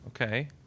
okay